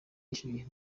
yishyuye